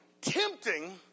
tempting